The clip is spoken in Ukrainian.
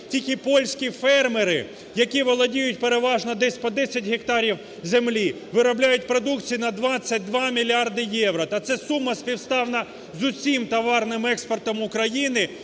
тільки польські фермери, які володіють переважно десь по 10 гектарів землі виробляють продукції на 22 мільярди євро. Та це сума співставна з усім товарним експортом України